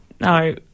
No